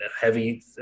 heavy